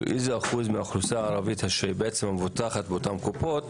איזה אחוז מהאוכלוסייה הערבית שבעצם מבוטחת באותן קופות,